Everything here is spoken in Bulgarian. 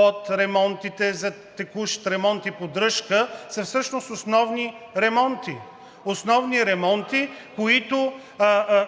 от ремонтите – за текущ ремонт и поддръжка, са всъщност основни ремонти, които